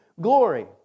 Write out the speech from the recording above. glory